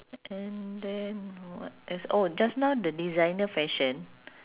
and then what else oh just now the designer fashion